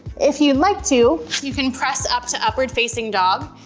if you'd like to, you can press up to upward facing dog,